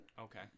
Okay